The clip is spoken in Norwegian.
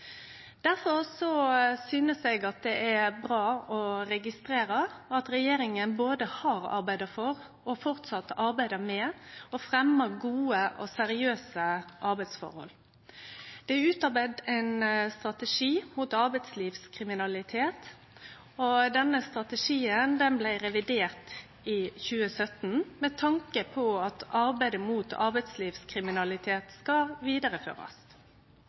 synest eg at det er bra å registrere at regjeringa både har arbeidd for og fortsatt arbeider med å fremje gode og seriøse arbeidsforhold. Det er utarbeidd ein strategi mot arbeidslivskriminalitet. Denne strategien blei revidert i 2017, med tanke på at arbeidet mot arbeidslivskriminalitet skal vidareførast.